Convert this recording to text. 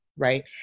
Right